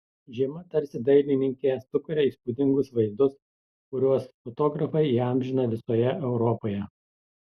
žiema tarsi dailininke sukuria įspūdingus vaizdus kuriuos fotografai įamžina visoje europoje